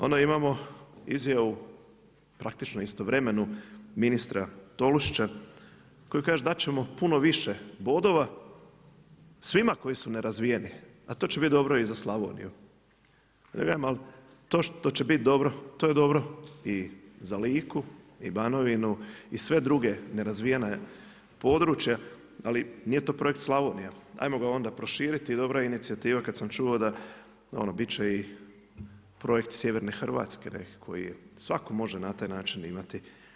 Onda imamo izjavo, praktički istovremenu, ministra Tolušića koji kaže dati ćemo puno više bodova, svima koji su nerazvijeni a to će biti dobro i za Slavoniju, a onda ja kažem al to što će biti dobro, to je dobro i za Liku i Banovinu i sve druga nerazvijena područja, ali nije to Projekt Slavonija, ajmo ga onda proširiti i dobra je inicijativa kada sam čuo da ono biti će i Projekt Sjeverne Hrvatske, koji je može svatko na taj način imati.